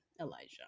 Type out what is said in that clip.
Elijah